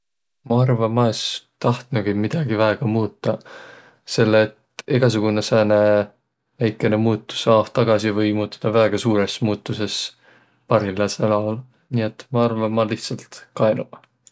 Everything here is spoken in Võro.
Ma arva, ma es tahtnugi midägi väega muutaq, selle et egäsugunõ sääne väikene muutus aoh tagasi, või muutudaq väega suurõs muutusõs parhilladsõl aol. Nii et ma arva, ma lihtsält kaenuq.